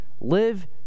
live